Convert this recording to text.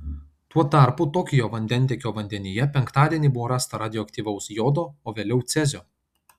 tuo tarpu tokijo vandentiekio vandenyje penktadienį buvo rasta radioaktyvaus jodo o vėliau cezio